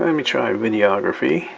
me try videography.